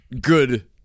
good